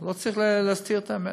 לא צריך להסתיר את האמת.